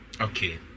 Okay